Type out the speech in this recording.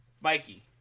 Mikey